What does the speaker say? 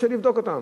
קשה לבדוק אותם.